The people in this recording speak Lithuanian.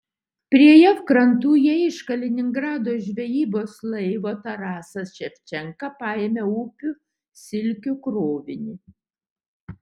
prie jav krantų jie iš kaliningrado žvejybos laivo tarasas ševčenka paėmė upių silkių krovinį